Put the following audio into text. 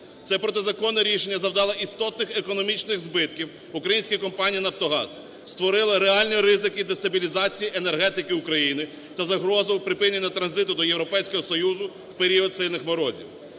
Це протизаконне рішення завдало істотних економічних збитків українській компанії "Нафтогаз". Створила реальний ризик і дестабілізацію енергетики України та загрозу припинення транзиту до Європейського Союзу в період сильних морозів.